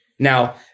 Now